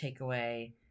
takeaway